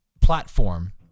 platform